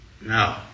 No